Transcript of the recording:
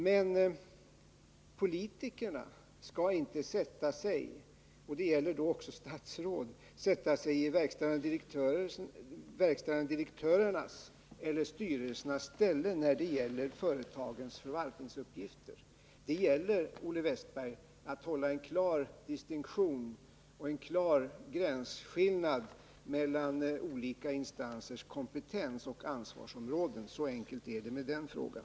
Men politikerna — och det gäller även statsråd — skall inte sätta sig i de verkställande direktörernas eller styrelsernas ställe när det gäller företagens förvaltningsuppgifter. Vi måste, Olle Wästberg i Stockholm, göra en klar distinktion mellan olika instansers kompetensoch ansvarsområden. Så enkelt är det med den frågan.